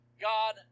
God